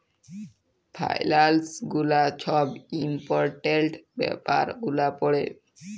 ফাইলালস গুলা ছব ইম্পর্টেলট ব্যাপার গুলা পড়ে